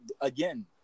again